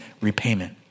repayment